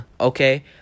okay